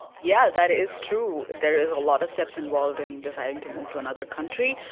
yeah that is true there is a lot of steps involved in deciding to move to another country.